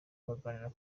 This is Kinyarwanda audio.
baganira